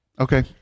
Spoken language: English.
okay